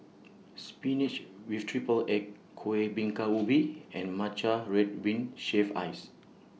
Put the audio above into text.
Spinach with Triple Egg Kuih Bingka Ubi and Matcha Red Bean Shaved Ice